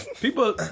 People